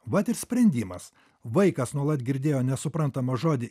vat ir sprendimas vaikas nuolat girdėjo nesuprantamą žodį